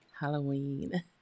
Halloween